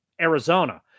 Arizona